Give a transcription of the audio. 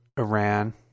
Iran